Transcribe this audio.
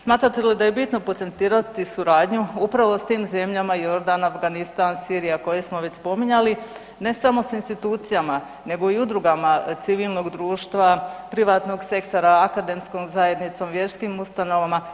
Smatrate li da je bitno potencirati suradnju upravo s tim zemljama Jordan, Afganistan, Sirija koje smo već spominjali ne samo sa institucijama nego i udrugama civilnog društva, privatnog sektora, akademskom zajednicom, vjerskim ustanovama.